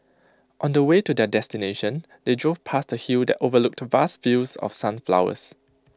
on the way to their destination they drove past A hill that overlooked vast fields of sunflowers